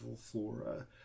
flora